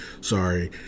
Sorry